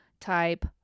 type